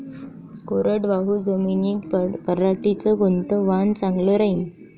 कोरडवाहू जमीनीत पऱ्हाटीचं कोनतं वान चांगलं रायीन?